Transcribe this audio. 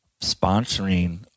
sponsoring